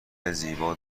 زیبا